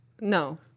No